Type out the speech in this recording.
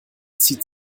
zieht